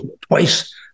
twice